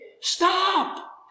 Stop